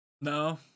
No